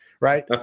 right